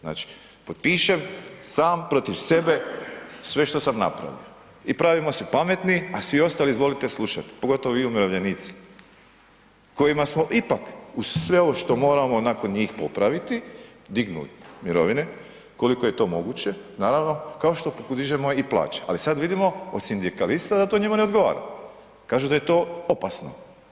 Znači potpišem sam protiv sebe sve što sam napravio i pravimo se pametni a svi ostali izvolite slušati, pogotovo vi umirovljenici kojima smo ipak uz sve ovo što moramo nakon njih popravit, dignut mirovine koliko je to moguće naravno, kao što dižemo i plaće ali sad vidimo od sindikalista da to njima ne odgovara, kažu da je to opasno.